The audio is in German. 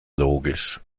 logisch